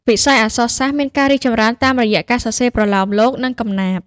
វិស័យអក្សរសាស្ត្រមានការរីកចម្រើនតាមរយៈការសរសេរប្រលោមលោក និងកំណាព្យ។